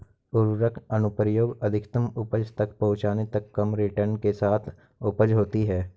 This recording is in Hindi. उर्वरक अनुप्रयोग अधिकतम उपज तक पहुंचने तक कम रिटर्न के साथ उपज होती है